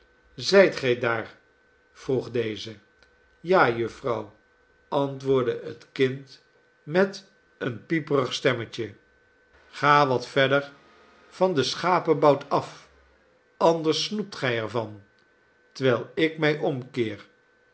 zijt gij daar vroeg deze ja jufvrouw antwoordde het kind met een pieperig stemmetje ga wat verder van den schapenbout af anders snoept gij er van terwijl ik mij omkeer